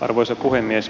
arvoisa puhemies